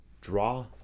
Draw